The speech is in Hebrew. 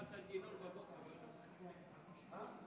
כנסת נכבדה, לפני שבועיים בדיוק עמדתי על במה זו